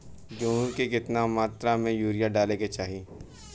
गेहूँ में केतना मात्रा में यूरिया डाले के चाही?